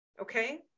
okay